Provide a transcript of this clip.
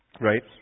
right